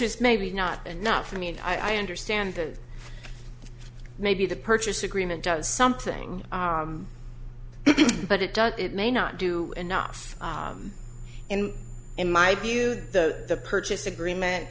is maybe not enough for me and i understand that maybe the purchase agreement does something but it does it may not do enough and in my view the purchase agreement